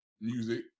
music